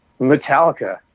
Metallica